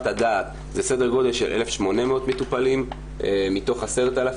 הדעת הוא סדר גודל של 1,800 מטופלים מתוך 10,000,